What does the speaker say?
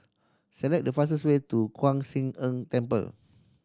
select the fastest way to Kwan Siang En Temple